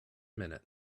minute